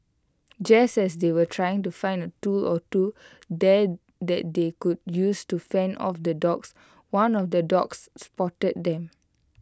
just as they were trying to find A tool or two that that they could use to fend off the dogs one of the dogs spotted them